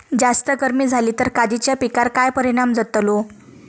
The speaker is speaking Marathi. जास्त गर्मी जाली तर काजीच्या पीकार काय परिणाम जतालो?